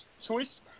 choice